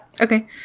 Okay